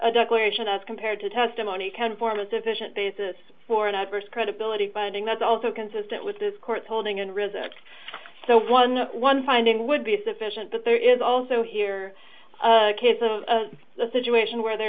a declaration as compared to testimony count form a sufficient basis for an adverse credibility finding that's also consistent with this court's holding and results so one one finding would be sufficient but there is also here case a situation where there